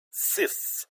six